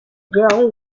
ground